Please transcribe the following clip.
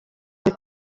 kuri